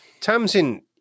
Tamsin